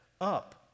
up